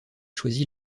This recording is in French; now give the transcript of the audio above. choisi